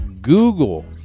google